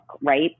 Right